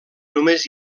només